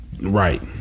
right